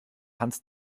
hans